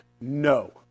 No